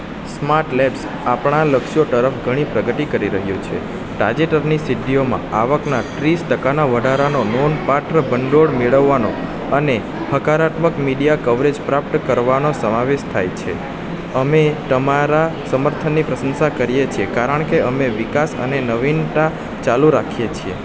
smart labs આપણાં લક્ષ્યો તરફ ઘણી પ્રગતિ કરી રહ્યું છે તાજેતરની સિદ્ધિઓમાં આવકના ત્રીસ ટકાના વધારાનો નોંધપાત્ર ભંડોળ મેળવવાનો અને હકારાત્મક મીડિયા કવરેજ પ્રાપ્ત કરવાનો સમાવેશ થાય છે અમે તમારા સમર્થનની પ્રસંસા કરીએ છીએ કારણ કે અમે વિકાસ અને નવીનતા ચાલુ રાખીએ છીએ